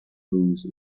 lose